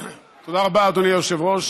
רבה, אדוני היושב-ראש.